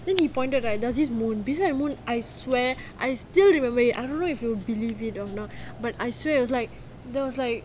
then he pointed right there's this moon beside the moon I swear I still remember it I don't know if you believe it or not but I swear it was like there was like